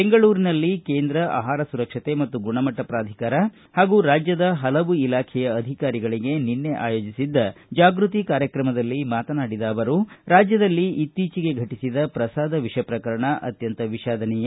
ಬೆಂಗಳೂರಿನಲ್ಲಿ ಕೇಂದ್ರ ಆಹಾರ ಸುರಕ್ಷತೆ ಮತ್ತು ಗುಣಮಟ್ಟ ಪಾಧಿಕಾರ ಹಾಗೂ ರಾಜ್ಯದ ಪಲವು ಇಲಾಖೆಯ ಅಧಿಕಾರಿಗಳಿಗೆ ನಿನ್ನೆ ಆಯೋಜಿಸಿದ್ದ ಜಾಗ್ಯತಿ ಕಾರ್ಯಗಾರದಲ್ಲಿ ಮಾತನಾಡಿದ ಅವರು ರಾಜ್ಯದಲ್ಲಿ ಇತ್ತೀಚಿಗೆ ಘಟಿಸಿದ ಪ್ರಸಾದ ವಿಷ ಪ್ರಕರಣ ಅತ್ಕಂತ ವಿಷಾದನೀಯ